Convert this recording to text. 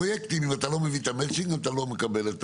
בפרויקטים אם אתה לא מביא את המצ'ינג אתה לא מקבל את